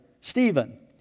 Stephen